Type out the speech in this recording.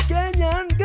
Kenyan